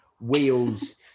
wheels